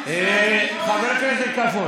חבר הכנסת קרעי,